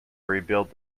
rebuild